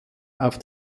auf